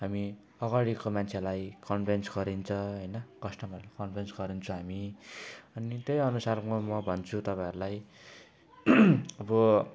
हामी अगाडिको मान्छेलाई कन्भिन्स गरिन्छ होइन कस्टमरलाई कन्भिन्स गरिन्छ हामी अनि त्यही अनुसारमा म भन्छु तपाईँहरूलाई अब